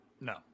No